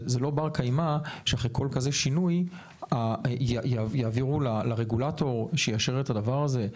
זה לא בר קיימא שאחרי כל שינוי כזה יעבירו לרגולטור שיאשר את הדבר הזה.